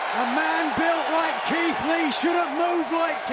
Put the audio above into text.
man keith lee should'nt move like